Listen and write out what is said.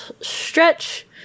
stretch